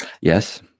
Yes